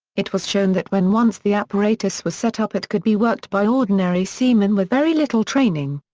it was shown that when once the apparatus was set up it could be worked by ordinary seamen with very little training.